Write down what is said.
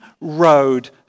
road